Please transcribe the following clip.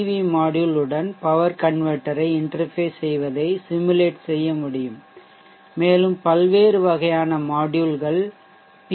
we module உடன் power converter ஐ interface செய்வதை சிமுலேட் செய்ய முடியும் மேலும் பல்வேறு வகையான மாட்யூல்கள் பி